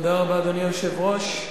אדוני היושב-ראש,